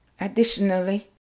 Additionally